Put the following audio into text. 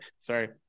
sorry